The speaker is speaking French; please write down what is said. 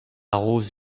rose